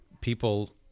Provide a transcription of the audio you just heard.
people